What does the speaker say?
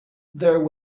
there